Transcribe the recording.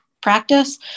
practice